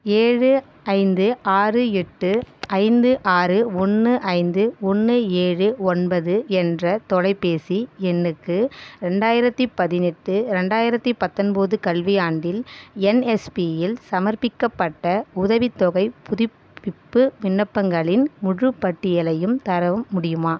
ஏழு ஐந்து ஆறு எட்டு ஐந்து ஆறு ஒன்று ஐந்து ஒன்று ஏழு ஒன்பது என்ற தொலைபேசி எண்ணுக்கு ரெண்டாயிரத்தி பதினெட்டு ரெண்டாயிரத்தி பத்தொன்பது கல்வியாண்டில் என்எஸ்பிஇல் சமர்ப்பிக்கப்பட்ட உதவித்தொகை புதுப்பிப்பு விண்ணப்பங்களின் முழுப்பட்டியலையும் தரவும் முடியுமா